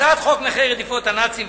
הצעת חוק נכי רדיפות הנאצים,